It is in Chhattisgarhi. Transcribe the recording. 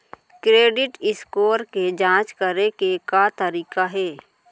क्रेडिट स्कोर के जाँच करे के का तरीका हे?